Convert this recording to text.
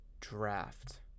draft